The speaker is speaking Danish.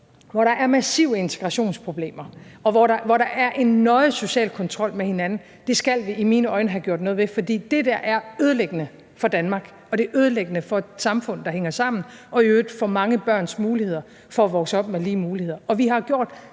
hvor der er massive integrationsproblemer, og hvor der er en nøje social kontrol med hinanden. Det skal vi i mine øjne have gjort noget ved, fordi det der er ødelæggende for Danmark, og det er ødelæggende for et samfund, der hænger sammen, og i øvrigt for mange børns muligheder for at vokse op med lige muligheder.